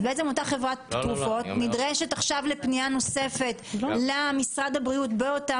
בעצם אותה חברת תרופות נדרשת עכשיו לפנייה נוספת למשרד הבריאות באותה